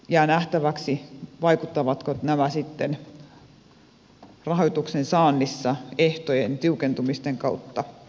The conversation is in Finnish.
jää nähtäväksi vaikuttavatko nämä sitten rahoituksen saannissa ehtojen tiukentumisten kautta